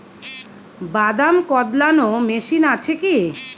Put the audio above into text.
বাদাম কদলানো মেশিন আছেকি?